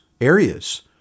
areas